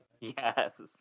Yes